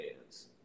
hands